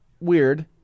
weird